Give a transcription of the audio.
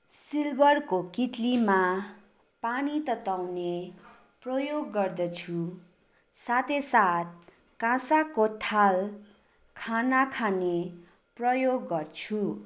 सिल्बरको कित्लीमा पानी तताउने प्रयोग गर्दछु साथैसाथ काँसाको थाल खाना खाने प्रयोग गर्छु